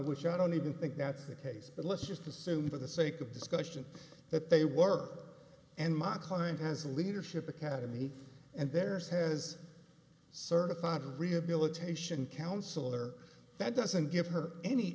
which i don't even think that's the case but let's just assume for the sake of discussion that they work and my client has a leadership academy and there's has certified rehabilitation counselor that doesn't give her any